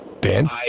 Dan